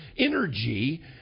Energy